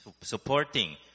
supporting